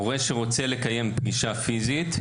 הורה שרוצה לקיים פגישה פיזית,